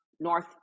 North